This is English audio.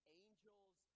angels